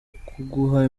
kuguha